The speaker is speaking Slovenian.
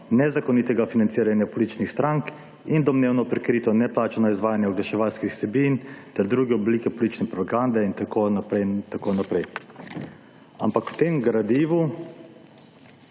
nezakonitega financiranja političnih strank in domnevno prikrito neplačano izvajanje oglaševalskih vsebin ter druge oblike politične propagande v obdobju pred in